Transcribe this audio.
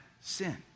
sin